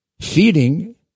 feeding